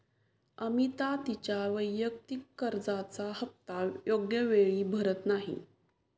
अमिता तिच्या वैयक्तिक कर्जाचा हप्ता योग्य वेळी भरत नाही